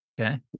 Okay